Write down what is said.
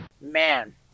Man